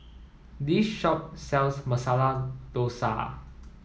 this shop sells Masala Dosa